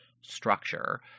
structure